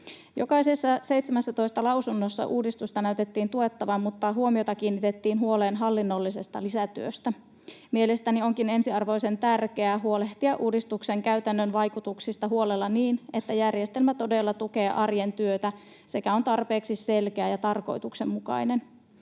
Jokaisessa 17 lausunnossa uudistusta näytettiin tuettavan mutta huomiota kiinnitettiin huoleen hallinnollisesta lisätyöstä. Mielestäni onkin ensiarvoisen tärkeää huolehtia uudistuksen käytännön vaikutuksista huolella niin, että järjestelmä todella tukee arjen työtä sekä on tarpeeksi selkeä ja tarkoituksenmukainen.